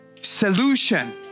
solution